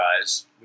guys